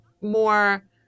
more